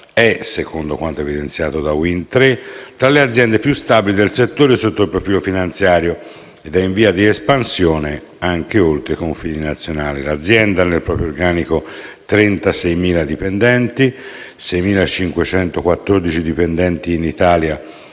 - secondo quanto evidenziato da Wind Tre - tra le aziende più stabili del settore sotto il profilo finanziario ed è in via di espansione anche oltre i confini nazionali. L'azienda ha nel proprio organico 36.000 dipendenti (di cui 6.514 in Italia